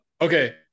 Okay